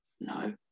no